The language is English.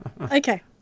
Okay